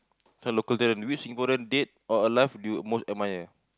this one local talent which Singaporean dead or alive do you most admire